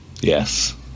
yes